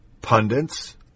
pundits